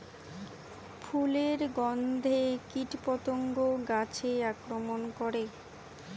ফুলের গণ্ধে কীটপতঙ্গ গাছে আক্রমণ করে?